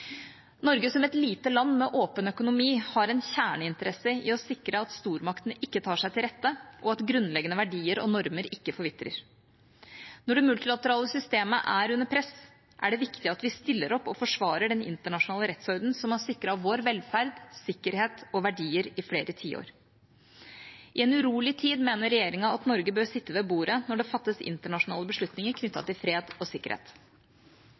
Norge, som et lite land med en åpen økonomi, har en kjerneinteresse i å sikre at stormaktene ikke tar seg til rette, og at grunnleggende verdier og normer ikke forvitrer. Når det multilaterale systemet er under press, er det viktig at vi stiller opp og forsvarer den internasjonale rettsordenen som har sikret vår velferd, sikkerhet og verdier i flere tiår. I en urolig tid mener regjeringa at Norge bør sitte ved bordet når det fattes internasjonale beslutninger knyttet til fred og sikkerhet.